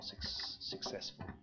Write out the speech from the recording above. successful